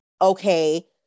okay